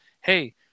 hey